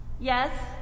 Yes